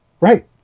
Right